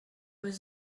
was